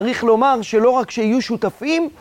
צריך לומר שלא רק שיהיו שותפים